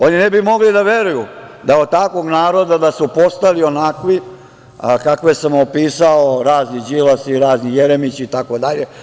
Oni ne bi mogli da veruju da od takvog naroda su postali onakvi kakve sam opisao, razni Đilasi, razni Jeremići, itd.